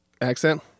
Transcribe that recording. Accent